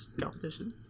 competition